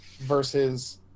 Versus